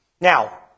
Now